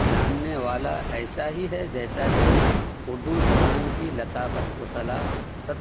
جاننے والا ایسا ہی ہے جیسا کہ اردو زبان کی لطافت و سلاست